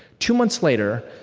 two months later,